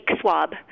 swab